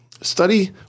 study